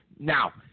Now